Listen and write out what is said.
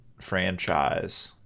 franchise